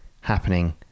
happening